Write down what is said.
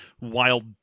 wild